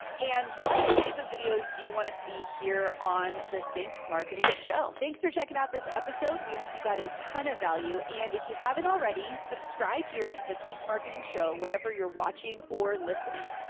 and what type of videos do you wanna see here on the think marketing show? thanks for checkin' out this episode. we hope you got a ton of value and if you haven't already, subscribe here to the think marketing show wherever you're watching or listening.